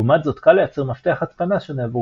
לעומת זאת קל לייצר מפתח הצפנה שונה עבור